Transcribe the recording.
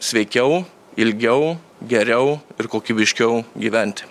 sveikiau ilgiau geriau ir kokybiškiau gyventi